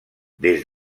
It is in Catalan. des